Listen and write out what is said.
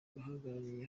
bihagarariye